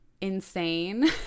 insane